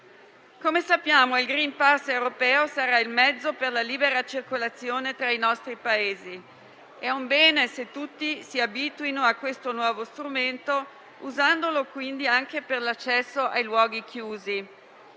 Come sappiamo, il *green pass* europeo sarà il mezzo per la libera circolazione tra i nostri Paesi. È un bene se tutti si abitueranno a questo nuovo strumento usandolo quindi anche per l'accesso ai luoghi chiusi.